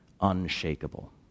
unshakable